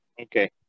Okay